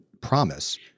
promise